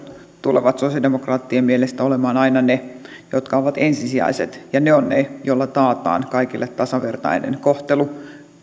tulevat sosialidemokraattien mielestä olemaan aina ne jotka ovat ensisijaiset ja ne ovat ne joilla taataan kaikille tasavertainen kohtelu